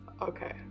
Okay